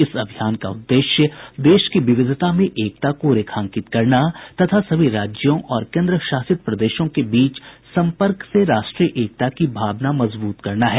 इस अभियान का उद्देश्य देश की विविधता में एकता को रेखांकित करना तथा सभी राज्यों और केन्द्र शासित प्रदेशों को बीच सम्पर्क से राष्ट्रीय एकता की भावना मजबूत करना है